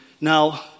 now